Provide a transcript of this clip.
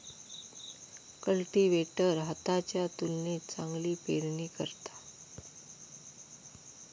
cultivator हाताच्या तुलनेत चांगली पेरणी करता